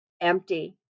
empty